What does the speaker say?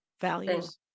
values